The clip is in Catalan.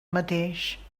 mateix